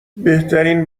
بهترین